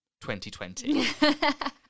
2020